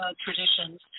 traditions